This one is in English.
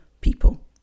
people